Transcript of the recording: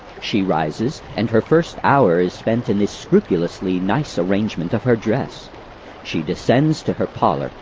she rises, and her first hour is spent in the scrupulously nice arrangement of her dress she descends to her parlour,